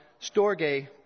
storge